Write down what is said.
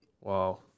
wow